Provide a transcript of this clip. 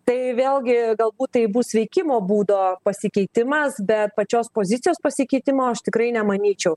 tai vėlgi galbūt tai bus veikimo būdo pasikeitimas bet pačios pozicijos pasikeitimo aš tikrai nemanyčiau